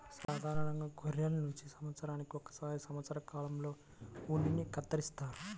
సాధారణంగా గొర్రెల నుంచి సంవత్సరానికి ఒకసారి వసంతకాలంలో ఉన్నిని కత్తిరిస్తారు